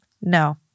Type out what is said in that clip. No